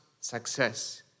success